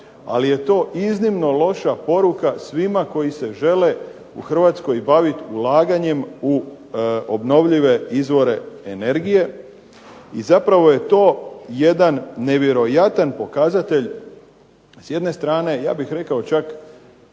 Ali je to iznimno loša poruka svima koji se žele u Hrvatskoj baviti ulaganjem u obnovljive izvore energije i zapravo je to jedan nevjerojatan pokazatelj s jedne strane ja bih rekao čak